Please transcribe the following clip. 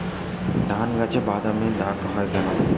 ধানগাছে বাদামী দাগ হয় কেন?